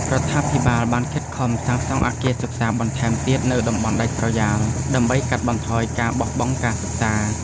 រដ្ឋាភិបាលបានខិតខំសាងសង់អគារសិក្សាបន្ថែមទៀតនៅតំបន់ដាច់ស្រយាលដើម្បីកាត់បន្ថយការបោះបង់ការសិក្សា។